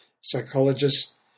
Psychologists